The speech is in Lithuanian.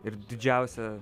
ir didžiausią